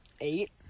Eight